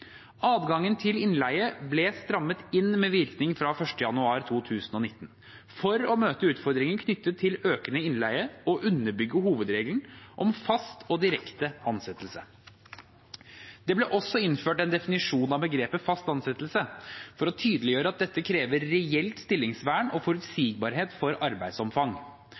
Adgangen til innleie ble strammet inn med virkning fra 1. januar 2019 for å møte utfordringer knyttet til økende innleie og underbygge hovedregelen om fast og direkte ansettelse. Det ble også innført en definisjon av begrepet fast ansettelse for å tydeliggjøre at dette krever reelt stillingsvern og forutsigbarhet for arbeidsomfang.